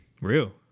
Real